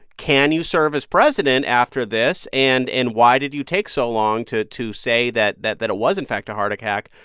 can you serve as president after this? and and why did you take so long to to say that that that it was, in fact, a heart attack?